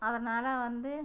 அதனால் வந்து